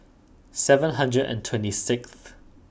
seven hundred and twenty sixth